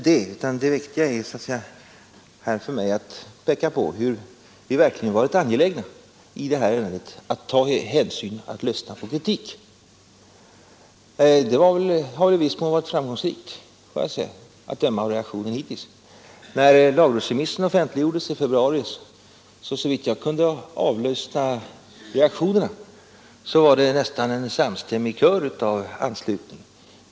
Det viktiga är för mig att peka på hur vi verkligen i det här ärendet varit angelägna att ta hänsyn, att lyssna på kritik. Detta har väl i viss mån varit framgångsrikt, att döma av reaktionen hittills. När lagrådsremissen offentliggjordes i februari var det, såvitt jag kunde avlyssna reaktionerna, nästan en samstämmig kör av bifall.